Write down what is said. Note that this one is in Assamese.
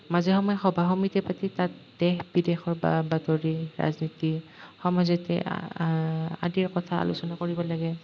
মাজে সময়ে সভা সমিতি পাতি তাত দেশ বিদেশৰ বা বাতৰি ৰাজনীতি সমাজতে আ আদিৰ কথা আলোচনা কৰিব লাগে